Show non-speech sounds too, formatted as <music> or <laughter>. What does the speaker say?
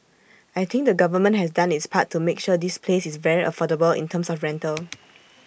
I think the government has done its part to make sure this place is very affordable in terms of rental <noise>